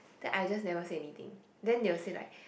then I just never say anything then they will say like